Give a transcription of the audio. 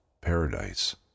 paradise